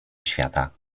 świata